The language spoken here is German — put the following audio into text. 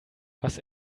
was